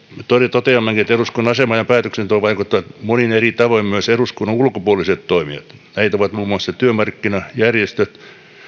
toteammekin että eduskunnan asemaan ja päätöksentekoon vaikuttavat monin eri tavoin myös eduskunnan ulkopuoliset toimijat näitä ovat niin työmarkkinajärjestöt